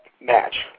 match